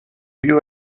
you